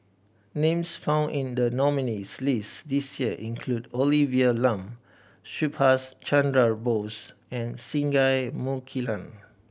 names found in the nominees' list this year include Olivia Lum Subhas Chandra Bose and Singai Mukilan